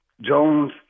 Jones